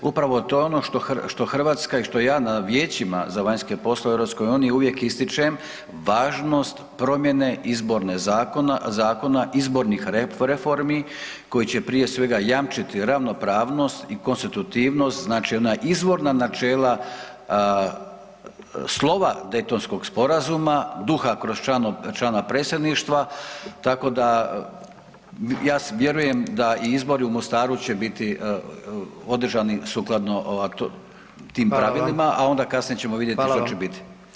Upravo to je ono što Hrvatska i što ja na Vijećima za vanjske poslove u EU uvijek ističem, važnost promjene izborne zakona, zakona i izbornih reformi koji će prije svega jamčiti ravnopravnost i konstitutivnost, znači ona izvorna načela, slova Deytonskog sporazuma, duha kroz člana predsjedništva, tako da ja vjerujem da i izbori u Mostaru će biti održani sukladno tim pravilima [[Upadica: Hvala vam]] a onda kasnije ćemo vidjeti [[Upadica: Hvala vam]] što će biti.